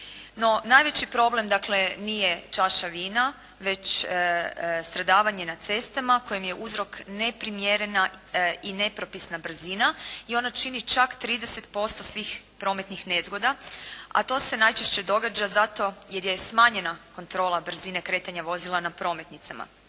najveći problem dakle nije čaša vina već stradavanje na cestama kojem je uzrok neprimjerena i nepropisna brzina i ona čini čak 30% svih prometnih nezgoda a to se najčešće događa zato jer je smanjenja kontrola brzine kretanja vozila na prometnicama.